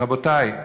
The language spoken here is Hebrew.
רבותי,